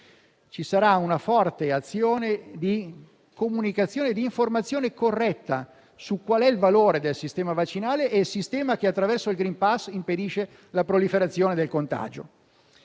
ci sarà una forte azione di comunicazione e di informazione corretta su qual è il valore del sistema vaccinale e il sistema che, attraverso il *green pass*, impedisce la proliferazione del contagio.